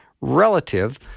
relative